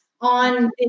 on